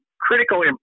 critical